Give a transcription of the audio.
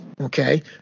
Okay